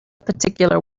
particular